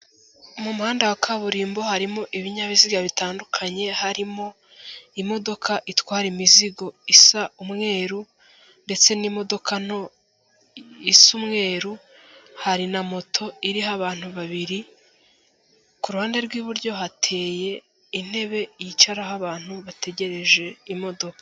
Mu muhanda wa kaburimbo harimo ibinyabiziga bitandukanye, harimo imodoka itwara imizigo isa umweru ndetse n'imodoka nto isa umweru, hari na moto iriho abantu babiri, ku ruhande rw'iburyo hateye intebe yicaraho abantu bategereje imodoka.